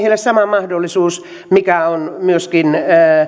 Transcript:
virkamiehille sama mahdollisuus mikä on myöskin